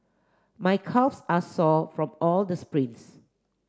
my calves are sore from all the sprints